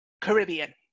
Caribbean